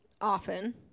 Often